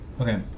Okay